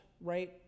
right